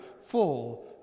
full